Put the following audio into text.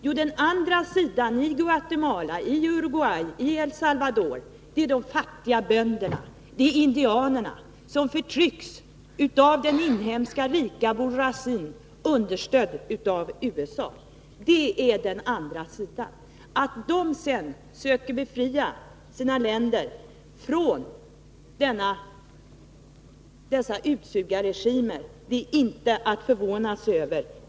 Jo, den andra sidan i Guatemala, Uruguay och El Salvador är de fattiga bönderna och indianerna, som förtrycks av den inhemska rika bourgeoisien understödd av USA. Att de sedan söker befria sina länder från dessa utsugarregimer är inte att förvåna sig över.